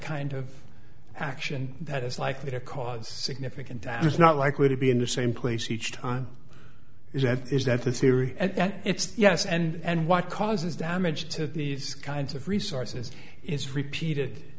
kind of action that is likely to cause a significant that is not likely to be in the same place each time is that is that the theory and it's yes and what causes damage to these kinds of resources is repeated